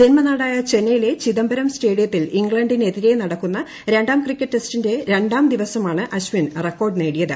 ജന്മനാടായ ചെന്നൈയിലെ ചിദംബരം സ്റ്റേഡിയത്തിൽ ഇംഗ്ലണ്ടിനെതിരെ നടക്കുന്ന രണ്ടാം ക്രിക്കറ്റ് ടെസ്റ്റിന്റെ രണ്ടാം ദിവസമാണ് അശ്വിൻ റെക്കോർഡ് നേടിയത്